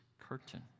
curtain